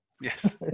Yes